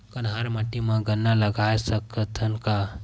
कन्हार माटी म गन्ना लगय सकथ न का?